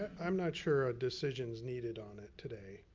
i'm not sure a decision's needed on it today.